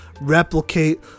replicate